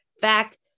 fact